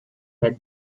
had